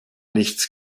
nichts